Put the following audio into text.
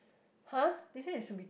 they say it should be